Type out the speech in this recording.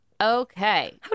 Okay